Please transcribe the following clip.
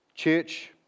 Church